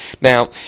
Now